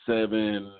Seven